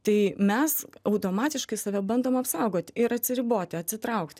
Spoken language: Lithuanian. tai mes automatiškai save bandom apsaugot ir atsiriboti atsitraukti